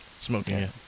smoking